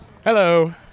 Hello